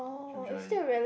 usually